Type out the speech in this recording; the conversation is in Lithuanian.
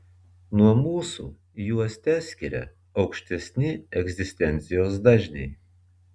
nuo mūsų juos teskiria aukštesni egzistencijos dažniai